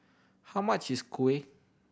how much is kuih